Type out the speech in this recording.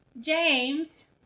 James